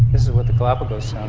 is what the galapagos sounds